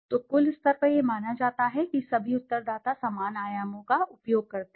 तो कुल स्तर पर यह माना जाता है कि सभी उत्तरदाता समान आयामों का उपयोग करते हैं